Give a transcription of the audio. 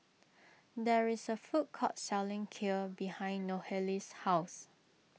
there is a food court selling Kheer behind Nohely's house